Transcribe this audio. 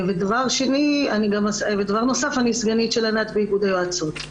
דבר נוסף, אני סגנית של ענת לבנת באיגוד היועצות.